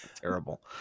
Terrible